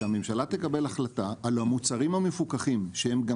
שהממשלה תקבל החלטה על המוצרים המפוקחים שהם גם